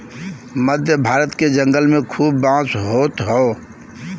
मध्य भारत के जंगल में खूब बांस होत हौ